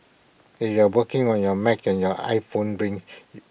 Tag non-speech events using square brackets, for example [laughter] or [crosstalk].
if you are working on your Mac and your iPhone rings [noise]